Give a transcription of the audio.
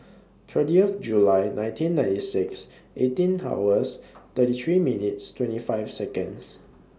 thirtieth July nineteen ninety six eighteen hours thirty three minutes twenty five Seconds